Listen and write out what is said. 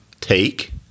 Take